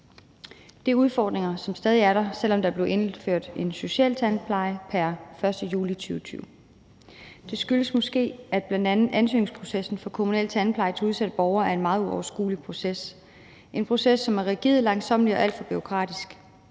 Det er udfordringer, som stadig er der, selv om der blev indført en socialtandpleje pr. 1. juli 2020. Det skyldes måske bl.a., at ansøgningsprocessen for kommunal tandpleje til udsatte borgere er en meget uoverskuelig proces, en proces, som er rigid, langsommelig og alt for bureaukratisk.